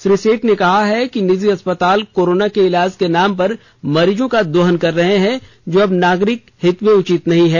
श्री सेठ ने कहा है कि निजी अस्पताल कोरोना के इलाज के नाम पर मरीजों का दोहन कर रहे हैं जो नागरिक हित में उचित नहीं है